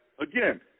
Again